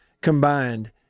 combined